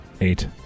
Eight